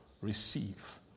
receive